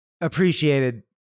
appreciated